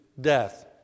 death